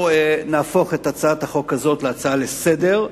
נהפוך את הצעת החוק הזאת להצעה לסדר-היום.